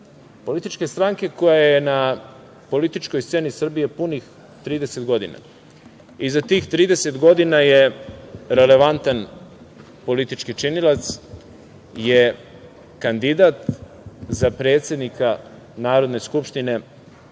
političke stranke koja je na političkoj sceni Srbije punih 30 godina i za tih 30 godina je relevantan politički činilac, je kandidat za predsednika Narodne skupštine